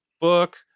book